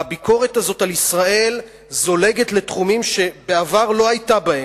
והביקורת הזאת על ישראל זולגת לתחומים שבעבר לא היתה בהם.